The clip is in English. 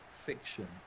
fiction